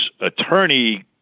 attorney